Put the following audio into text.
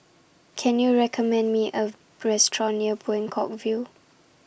Can YOU recommend Me A Restaurant near Buangkok View